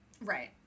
Right